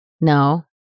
No